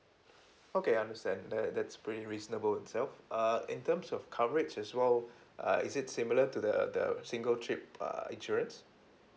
okay I understand that that's pretty reasonable itself uh in terms of coverage as well uh is it similar to the the the single trip uh insurance